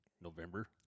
November